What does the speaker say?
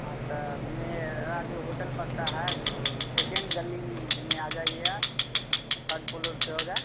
हाँ तो मेरा जो होटल पड़ता है सो सेकेंड गली में आ जाइएगा थर्ड फ्लोर पर होगा